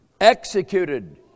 Executed